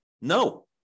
No